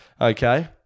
Okay